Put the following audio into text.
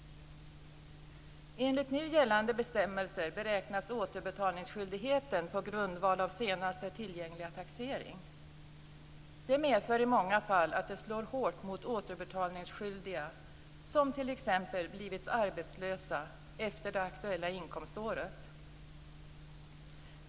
Enligt nu gällande bestämmelser beräknas återbetalningsskyldigheten på grundval av senaste tillgängliga taxering. Detta slår i många fall hårt mot återbetalningsskyldiga som t.ex. blivit arbetslösa efter det aktuella inkomståret.